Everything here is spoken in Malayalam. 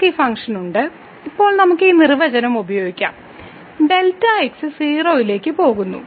നമ്മൾക്ക് ഈ ഫംഗ്ഷൻ ഉണ്ട് ഇപ്പോൾ നമുക്ക് ഈ നിർവചനം ഉപയോഗിക്കാം Δx 0 ലേക്ക് പോകുന്നു